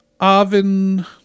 Avin